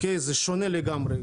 זה שונה לגמרי.